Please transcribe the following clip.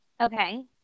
Okay